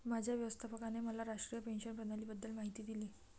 माझ्या व्यवस्थापकाने मला राष्ट्रीय पेन्शन प्रणालीबद्दल माहिती दिली